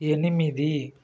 ఎనిమిది